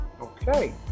Okay